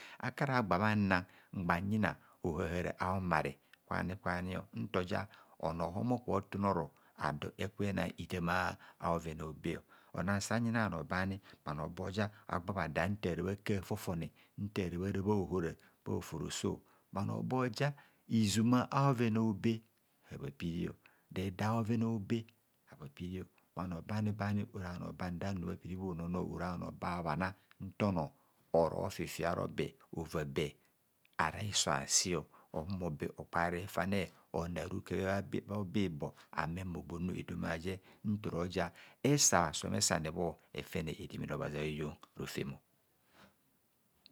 Akara gba bhanna mgba nyina oha hara a’ homare kwani kwani ntoja onor omo ko tun oro ado ekena itam a'bhoven a’ obe ona sanyina bhanor bani bhanor boja bha da ntara bhakar fo fone nta ra gba ra bha ojora bha hofo roso bhanor boja izuma a'oven a'obe ama bha piri, reda a'bhoven a'obe ama piri bhanor bani bani ora bhano ban da nnor bha piri bhunono ora bhanor ba bha bhana nta onor oro ofifia ara obe ova be ara hiso asio ohumor be okpare refane ona raka bhe bho bibo ame mmogb onu etoma aje ntoroja esa bhasome sane bho efene edemene obhazi a'yon rofem.